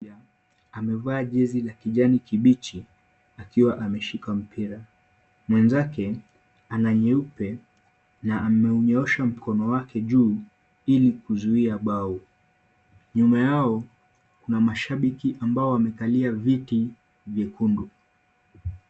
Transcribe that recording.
Amevaa jezi ya kijani kibichi akiwa ameshika mpira. Mwenzake ana nyeupe na ameunyoosha mkono wake juu ili kuzuia bao. Nyuma yao kuna mashabiki ambao wamekalia viti vyekundu.